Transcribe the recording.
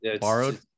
borrowed